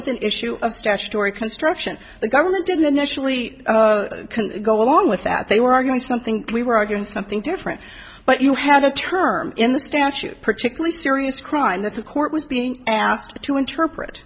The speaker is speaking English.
with an issue of statutory construction the government didn't initially go along with that they were arguing something we were arguing something different but you had a term in the statute particularly serious crime that the court was being asked to interpret